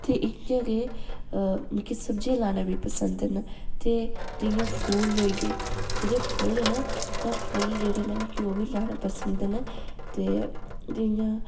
ते इ'यां गै मिगी सब्ज़ी लाना बी पसंद न ते जियां फूल होई गे ते जियां फुल्ल न ते फुल्ल जेह्ड़े न मिगी ओह् बी लाना पसंद न ते जियां